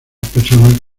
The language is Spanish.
personas